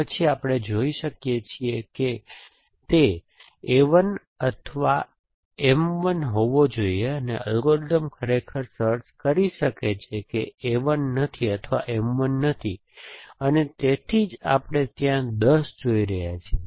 પછી આપણે જોઈ શકીએ છીએ કે તે A 1 અથવા M 1 હોવો જોઈએ અને એલ્ગોરિધમ ખરેખર સર્ચ કરી શકે છે કે A 1 નથી અથવા M 1 નથી અને તેથી જ આપણે ત્યાં 10 જોઈ રહ્યા છીએ